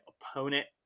opponent